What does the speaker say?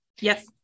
Yes